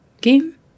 game